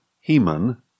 Heman